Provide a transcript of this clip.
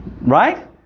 right